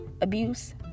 abuse